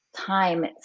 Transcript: time